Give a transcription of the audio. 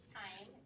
time